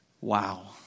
Wow